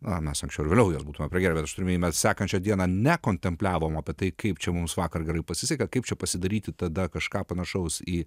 na mes anksčiau ar vėliau būtūme pragėrę bet turiu omeny mes sekančią dieną ne kontempliavom apie tai kaip čia mums vakar gerai pasisekė kaip čia pasidaryti tada kažką panašaus į